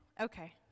Okay